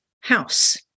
house